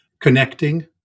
connecting